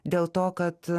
dėl to kad